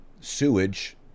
sewage